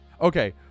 Okay